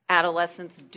adolescents